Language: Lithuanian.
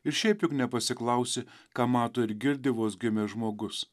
ir šiaip juk nepasiklausi ką mato ir girdi vos gimęs žmogus